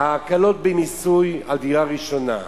הקלות במיסוי על דירה ראשונה,